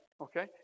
okay